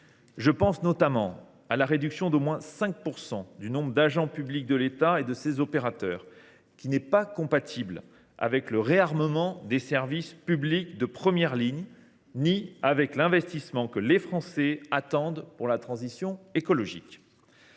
Je pense notamment à la réduction d’au moins 5 % du nombre d’agents publics de l’État et de ses opérateurs, qui n’est pas compatible avec le réarmement des services publics de première ligne ni avec l’investissement que les Français attendent pour la transition écologique.